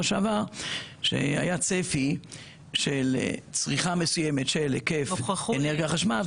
שעבר שהיה צפי של צריכה מסוימת של היקף אנרגיה חשמל,